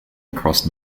across